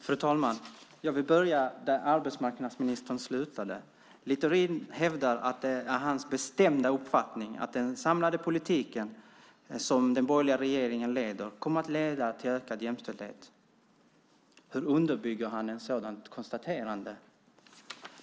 Fru talman! Jag vill börja där arbetsmarknadsministern slutade. Littorin hävdar att det är hans bestämda uppfattning att den samlade borgerliga politiken kommer att leda till ökad jämställdhet. Hur underbygger han ett sådant konstaterande?